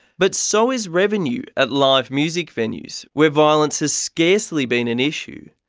but so is revenue at live music venues where violence has scarcely been an issue.